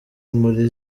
muri